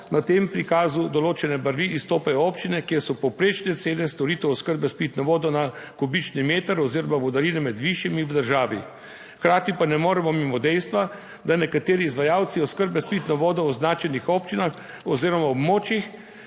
na tem prikazu določene barvi izstopajo občine, kjer so povprečne cene storitev oskrbe s pitno vodo na kubični meter oziroma vodarine med višjimi v državi. Hkrati pa ne moremo mimo dejstva, da nekateri izvajalci oskrbe s pitno vodo v označenih občinah oziroma območjih